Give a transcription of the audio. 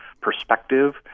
perspective